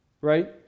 right